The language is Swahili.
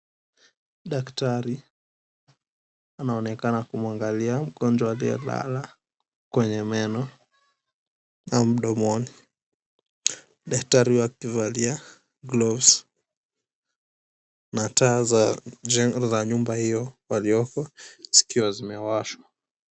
Daktari anaonekana kumwangalia mgonjwa aliyelala. Kwenye meno na mdomoni. Daktari huyo akivalia gloves na taa za jengo za nyumba hiyo waliomo zikiwa zimewashwa.